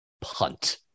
punt